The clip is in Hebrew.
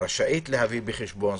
רשאית להביא בחשבון.